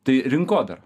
tai rinkodara